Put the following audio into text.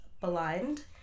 Blind